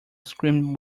screamed